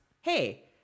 hey